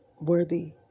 worthy